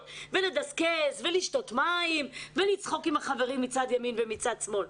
ולדסקס ולשתות מים ולצחוק עם החברים מצד ימין ומצד שמאל'.